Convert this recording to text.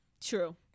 true